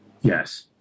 Yes